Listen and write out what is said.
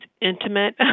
intimate